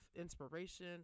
inspiration